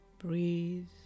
Breathe